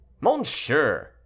Monsieur